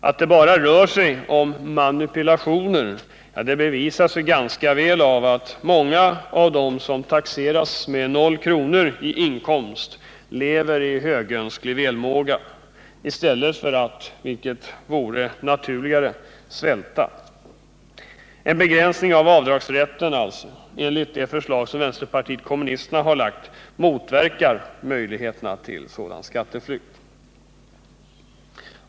Att det bara rör sig om manipulationer bevisas ganska väl av att många av dem som taxeras med noll kronor i inkomst lever i högönsklig välmåga i stället för att, vilket vore naturligare, svälta. En begränsning av avdragsrätten enligt det förslag som vpk har lagt fram motverkar möjligheterna till sådan skatteflykt.